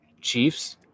Chiefs